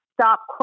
stop